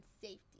safety